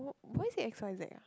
why why is it X Y Z ah